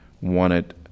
wanted